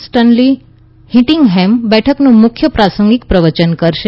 Stanley Whittingham બેઠકનું મુખ્ય પ્રાસંગિક પ્રવચન કરશે